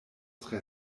tre